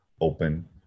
open